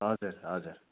हजुर हजुर